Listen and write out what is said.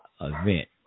event